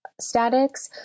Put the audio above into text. statics